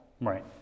right